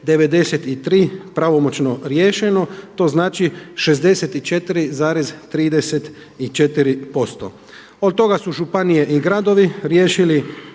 93 pravomoćno riješeno. To znači 64,34%. Od toga su županije i gradovi riješiti